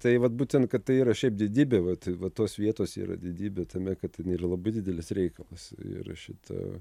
tai vat būtent kad tai yra šiaip didybė vat va tos vietos yra didybė tame kad ten yra labai didelis reikalas ir šita